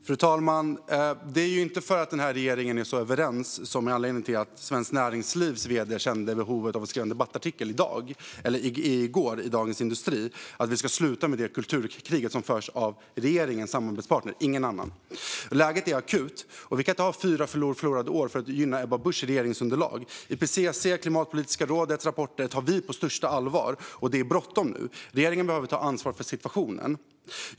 Fru talman! Det är inte för att den här regeringen är så överens som Svenskt Näringslivs vd kände ett behov av att skriva en debattartikel i går i Dagens industri om att vi ska sluta med det kulturkrig som förs av regeringens samarbetspartner och ingen annan. Läget är akut, och vi kan inte ha fyra förlorade år för att gynna Ebba Buschs regeringsunderlag. IPCC och Klimatpolitiska rådets rapporter tar vi på största allvar, och det är bråttom nu. Regeringen behöver ta ansvar för situationen.